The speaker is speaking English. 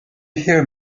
hear